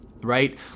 right